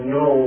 no